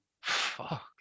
Fuck